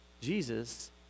Jesus